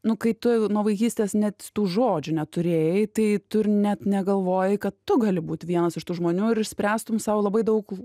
nu kai tu nuo vaikystės net tų žodžių neturėjai tai tu ir net negalvojai kad tu gali būt vienas iš tų žmonių ir išspręstum sau labai daug